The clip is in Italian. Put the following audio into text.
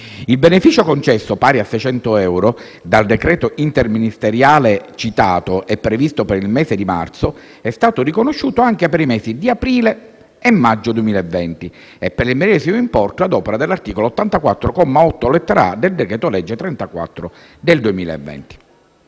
Il beneficio concesso, pari a 600 euro, dal decreto interministeriale citato e previsto per il mese di marzo, è stato riconosciuto anche per i mesi di aprile e maggio 2020 e per il medesimo importo, ad opera dell'articolo 84, comma 8, lettera *a)*, del decreto-legge n. 34 del 2020.